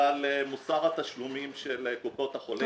בגלל מוסר התשלומים של קופות החולים.